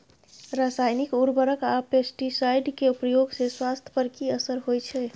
रसायनिक उर्वरक आ पेस्टिसाइड के प्रयोग से स्वास्थ्य पर कि असर होए छै?